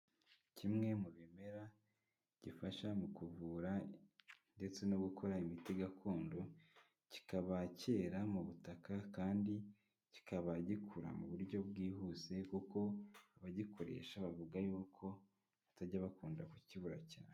Kimwe mu bimera, gifasha mu kuvura ndetse no gukora imiti gakondo, kikaba kera mu butaka kandi kikaba gikura mu buryo bwihuse, kuko abagikoresha bavuga y'uko batajya bakunda kukibura cyane.